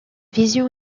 vision